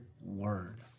word